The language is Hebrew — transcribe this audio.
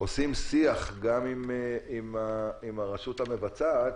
עושים שיח גם עם הרשות המבצעת,